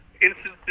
instances